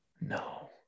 No